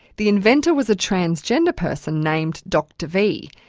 the inventor was a transgender person named dr v,